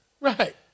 Right